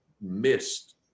missed